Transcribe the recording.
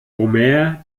homer